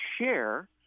share